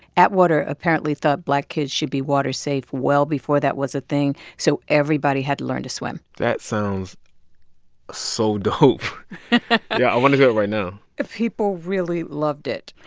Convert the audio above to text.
atwater apparently thought black kids should be water-safe well before that was a thing, so everybody had learned to swim that sounds so dope yeah. i want to do it right now people really loved it.